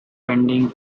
pending